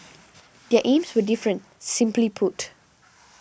their aims were different simply put